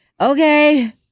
okay